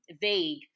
vague